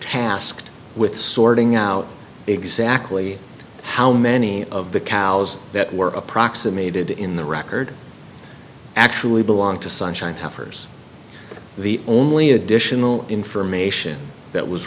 tasked with sorting out exactly how many of the cows that were approximated in the record actually belonged to sunshine heifers the only additional information that was